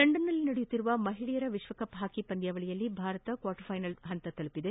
ಲಂಡನ್ನಲ್ಲಿ ನಡೆಯುತ್ತಿರುವ ಮಹಿಳೆಯರ ವಿಶ್ವಕಪ್ ಹಾಕಿ ಪಂದ್ಯಾವಳಿಯಲ್ಲಿ ಭಾರತ ಕ್ವಾರ್ಟರ್ ಫೈನಲ್ ಪಂತ ತಲುಪಿದೆ